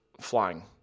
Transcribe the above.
flying